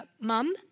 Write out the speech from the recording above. mum